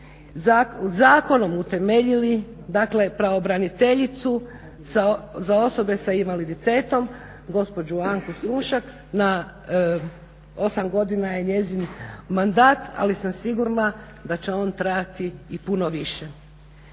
zakonom utemeljili dakle pravobraniteljicu za osobe s invaliditetom gospođu Anku Slonjšak, na 8 godina je njezin mandat ali sam sigurna da će on trajati i puno više.